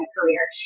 career